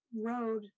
road